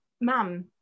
mum